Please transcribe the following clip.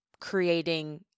creating